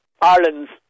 Ireland's